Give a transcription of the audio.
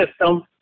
system